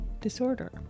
disorder